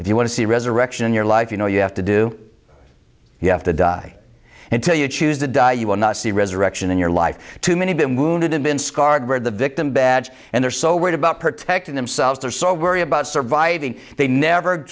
if you want to see resurrection in your life you know you have to do you have to die until you choose to die you will not see resurrection in your life too many been wounded and been scarred the victim badge and they're so worried about protecting themselves they're so worried about surviving they never